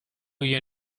you